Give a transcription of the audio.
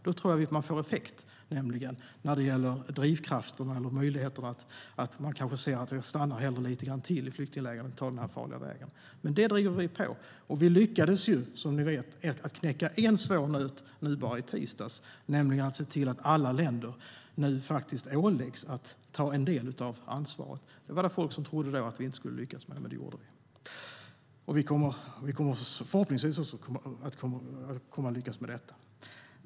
Då tror jag nämligen att man får effekt när det gäller drivkrafterna eller möjligheterna att människor tänker: Jag stannar hellre lite grann till i flyktinglägret än tar den farliga vägen. Detta driver vi. Vi lyckades, som ni vet, knäcka en svår nöt i tisdags, nämligen att se till att alla länder nu faktiskt åläggs att ta en del av ansvaret. Det var folk som trodde att vi inte skulle lyckas med det, men det gjorde vi, och vi kommer förhoppningsvis också att lyckas med detta.